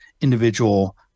individual